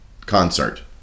concert